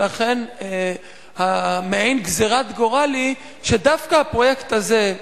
ולכן מעין גזירת גורל היא שדווקא הפרויקט הזה,